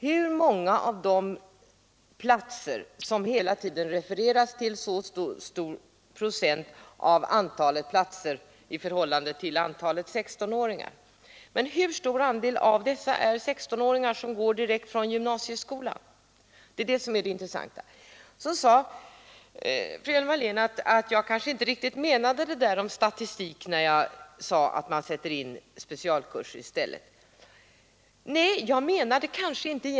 Hur många av de platser, som man hela tiden har angivit som så och så stor procent av antalet platser i förhållande till antalet 16-åringar, är besatta av 16-åringar? Och hur stor andel av dessa är 16-åringar som går direkt från grundskolan? Det är det som är det intressanta. Vidare sade fru Hjelm-Wallén att jag kanske inte menade riktigt vad jag sade om statistik, när jag talade om att man sätter in specialkurser i stället. Nej, det menade jag kanske inte.